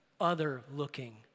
other-looking